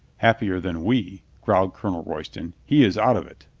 happier than we, growled colonel royston. he is out of it.